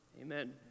Amen